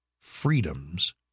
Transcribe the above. freedoms